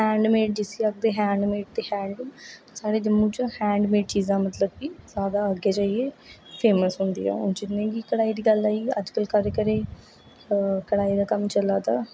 hand made जिसी आक्खदे hand made ते हैंड मेड साढ़े जम्मू च हैंड मेड चिजा मतलब कि ज्यादा अग्गै जाइयै फेमस होंदियां जियां कि कढाई दा एह् अजकल सारे घरे गी कढाई दा कम्म चला दा ऐ